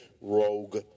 Rogue